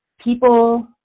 people